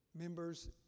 members